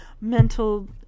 mental